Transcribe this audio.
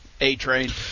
A-Train